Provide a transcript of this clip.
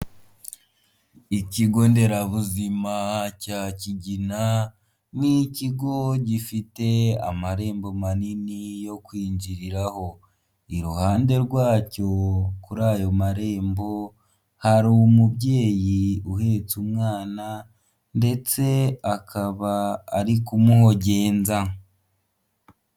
ikigo nderabuzima cya kigina ni ikigo gifite amarembo manini yo kwinjiriraho iruhande rwacyo kuri ayo marembo hari umubyeyi uhetse umwana ndetse akaba ari kumuhugenza